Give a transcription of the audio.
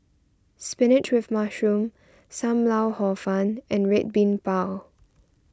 Spinach with Mushroom Sam Lau Hor Fun and Red Bean Bao